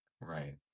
Right